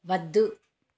వద్దు